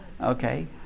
Okay